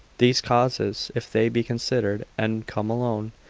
these causes if they be considered, and come alone,